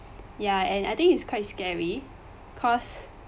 ya and I think is quite scary cause